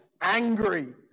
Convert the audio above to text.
angry